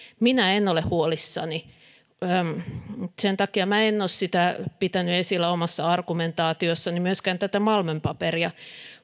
minä en ole huolissani ja sen takia minä myöskään en ole pitänyt esillä omassa argumentaatiossani tätä malmön paperia